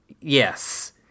Yes